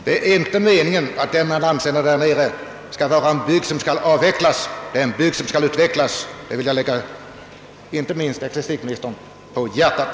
Det är inte meningen att denna bygd skall avvecklas; det är en bygd som skall utvecklas — det vill jag lägga inte minst ecklesiastikministern på hjärtat.